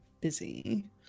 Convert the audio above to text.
busy